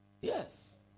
Yes